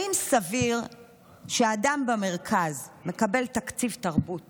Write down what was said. האם סביר שאדם במרכז מקבל תקציב תרבות